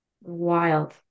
Wild